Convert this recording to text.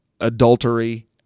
adultery